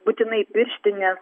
būtinai pirštines